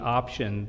option